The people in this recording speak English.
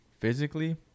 physically